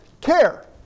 care